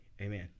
Amen